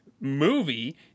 movie